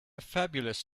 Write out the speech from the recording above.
fabulous